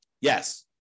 Yes